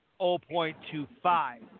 0.25